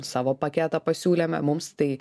savo paketą pasiūlėme mums tai